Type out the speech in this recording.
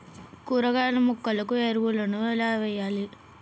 కూరగాయ మొక్కలకు ఎరువులను ఎలా వెయ్యాలే?